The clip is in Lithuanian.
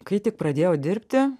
kai tik pradėjau dirbti